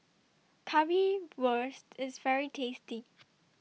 Currywurst IS very tasty